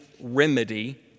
remedy